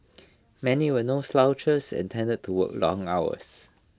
many were no slouches and tended to work long hours